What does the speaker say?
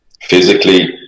physically